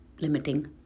limiting